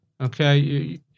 Okay